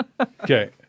Okay